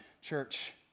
church